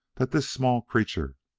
that this small creature,